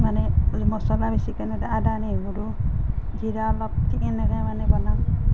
মানে মছলা বেছিকৈ নিদি আদা নহৰু জিৰা অলপ দি এনেকে মানে বনাওঁ